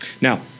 Now